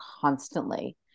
constantly